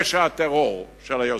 פשע הטרור של היוזמים.